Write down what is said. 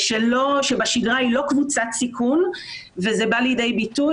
שבשגרה היא לא קבוצת סיכון וזה בא לידי ביטוי,